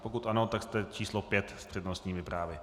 Pokud ano, tak jste číslo pět s přednostními právy.